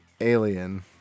alien